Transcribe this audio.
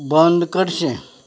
बंद करचें